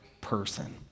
person